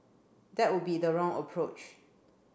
that would be the wrong approach